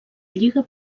lliga